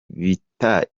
bita